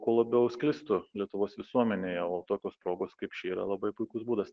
kuo labiau sklistų lietuvos visuomenėje o tokios progos kaip ši yra labai puikus būdas